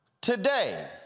today